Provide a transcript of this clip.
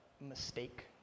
mistake